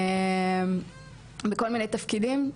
בכל מיני תפקידים,